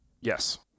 Yes